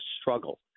struggle